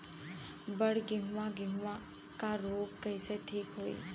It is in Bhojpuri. बड गेहूँवा गेहूँवा क रोग कईसे ठीक होई?